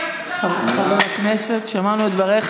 חבר הכנסת, שמענו את דבריך.